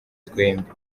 twembi